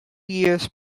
years